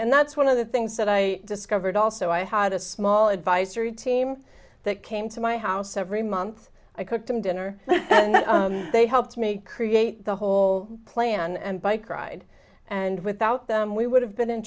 and that's one of the things that i discovered also i had a small advisory team that came to my house every month i cooked them dinner and then they helped me create the whole plan and bike ride and without them we would have been in